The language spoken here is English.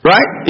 Right